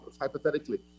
hypothetically